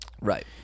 Right